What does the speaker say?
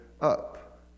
up